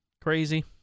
Crazy